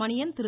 Maniyan Thiru